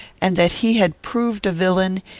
and that he had proved a villain,